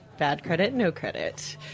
badcreditnocredit